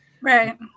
Right